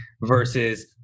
versus